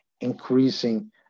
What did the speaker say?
increasing